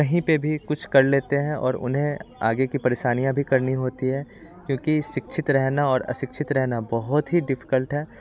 कहीं पे भी कुछ कर लेते हैं और उन्हें आगे की परेशानियाँ भी करनी होती हैं क्योंकि शिक्षित रहना और अशिक्षित रहना बहुत ही डिफिकल्ट है